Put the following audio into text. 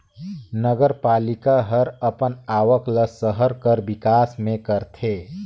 नगरपालिका हर अपन आवक ल सहर कर बिकास में करथे